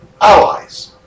allies